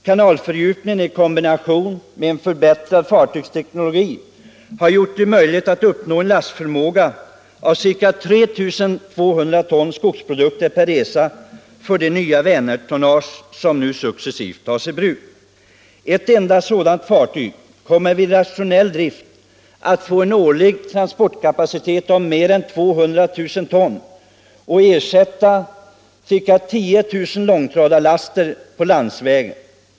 Kanalfördjupningen i kombination med en förbättrad fartygsteknologi har gjort det möjligt att uppnå en lastförmåga av ca 3 200 ton skogs produkter per resa för det nya Vänertonnage som nu successivt tas i bruk. Ett enda sådant fartyg kommer vid rationell drift att få en årlig transportkapacitet av mer än 200 000 ton och kan ersätta ca 10 000 långtradarlaster på landsvägen.